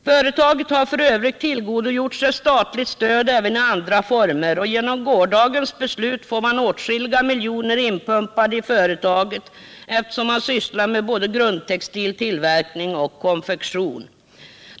Företaget har f. ö. tillgodogjort sig statligt stöd även i andra former, och genom gårdagens beslut får man åtskilliga miljoner inpumpade i företaget, eftersom det sysslar med både grundtextil, tillverkning och konfektion.